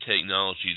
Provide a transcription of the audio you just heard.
technology